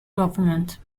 government